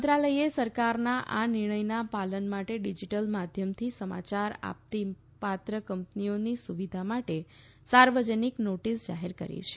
મંત્રાલયે સરકારના આ નિર્ણયના પાલન માટે ડિજીટલ માધ્યમથી સમાચાર આપતી પાત્ર કંપનીઓની સુવિધા માટે સાર્વજનિક નોટિસ જાહેર કરી છે